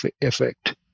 effect